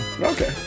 Okay